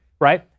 right